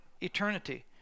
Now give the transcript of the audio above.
eternity